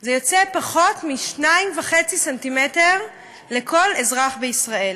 זה פחות מ-2.5 ס"מ לכל אזרח בישראל.